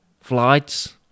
flights